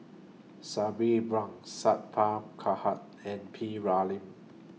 Sabri Buang Sat Pal Khattar and P Ramlee